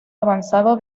avanzado